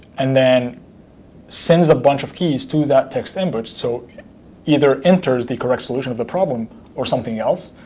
and then sends a bunch of keys to that text input. so either enters the correct solution of the problem or something else,